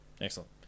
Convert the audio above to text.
Excellent